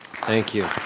thank you.